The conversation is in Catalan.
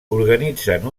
organitzen